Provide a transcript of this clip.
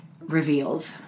revealed